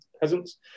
peasants